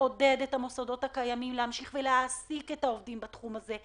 לעודד את המוסדות הקיימים להמשיך ולהעסיק את העובדים בתחום הזה.